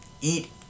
eat